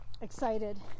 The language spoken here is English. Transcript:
Excited